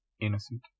innocent